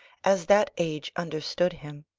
as that age understood him.